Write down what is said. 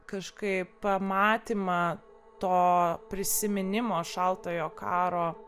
kažkaip pamatymą to prisiminimo šaltojo karo